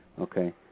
Okay